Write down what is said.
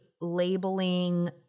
labeling